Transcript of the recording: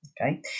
okay